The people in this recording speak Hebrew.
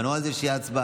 בנו על זה שתהיה הצבעה,